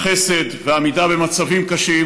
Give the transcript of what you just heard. החסד והעמידה במצבים קשים,